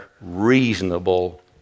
reasonable